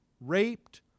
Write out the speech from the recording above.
raped